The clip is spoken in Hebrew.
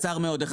ממש בקצרה.